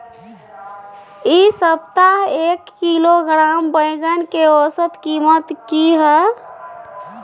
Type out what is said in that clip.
इ सप्ताह एक किलोग्राम बैंगन के औसत कीमत की हय?